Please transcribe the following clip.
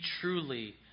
truly